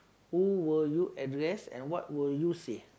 who will you address and what will you say